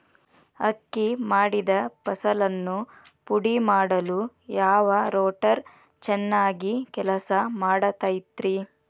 ಅಕ್ಕಿ ಮಾಡಿದ ಫಸಲನ್ನು ಪುಡಿಮಾಡಲು ಯಾವ ರೂಟರ್ ಚೆನ್ನಾಗಿ ಕೆಲಸ ಮಾಡತೈತ್ರಿ?